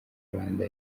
rwanda